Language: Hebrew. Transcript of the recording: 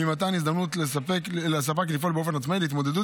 ממתן הזדמנות לספק לפעול באופן עצמאי להתמודדות